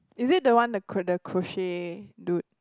is it the one the cr~ the crochet dude